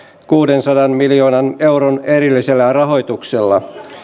kuudensadan miljoonan euron erillisellä rahoituksella